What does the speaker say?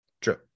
True